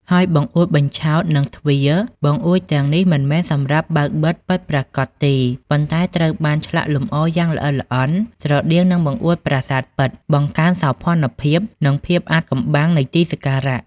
ហើយបង្អួចបញ្ឆោត និងទ្វារ បង្អួចទាំងនេះមិនមែនសម្រាប់បើកបិទពិតប្រាកដទេ ប៉ុន្តែត្រូវបានឆ្លាក់លម្អយ៉ាងល្អិតល្អន់ ស្រដៀងនឹងបង្អួចប្រាសាទពិត បង្កើនសោភ័ណភាព និងភាពអាថ៌កំបាំងនៃទីសក្ការៈ។